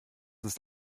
ist